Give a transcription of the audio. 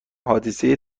حادثه